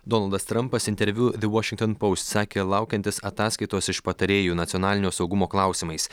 donaldas trampas interviu ve vašingtonpoust sakė laukiantis ataskaitos iš patarėju nacionalinio saugumo klausimais